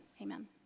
amen